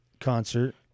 concert